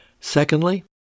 Secondly